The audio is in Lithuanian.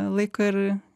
laiko ir